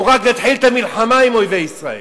הוא רק יתחיל את המלחמה עם אויבי ישראל.